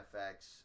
FX